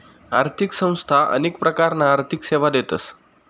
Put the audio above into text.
आर्थिक संस्था अनेक प्रकारना आर्थिक सेवा देतस